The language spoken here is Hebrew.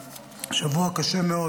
שבוע קשה מאוד.